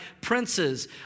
princes